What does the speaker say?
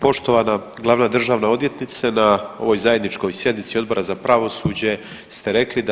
Poštovana glavna državna odvjetnice, na ovoj zajedničkoj sjednici Odbora za pravosuđe ste rekli